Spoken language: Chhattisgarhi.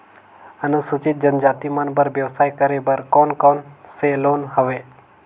अनुसूचित जनजाति मन बर व्यवसाय करे बर कौन कौन से लोन हवे?